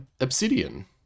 Obsidian